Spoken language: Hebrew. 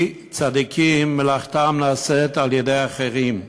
כי צדיקים, מלאכתם נעשית על-ידי אחרים,